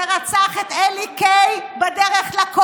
שרצח את אלי קיי רק בגלל שהוא היה יהודי,